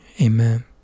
amen